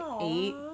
eight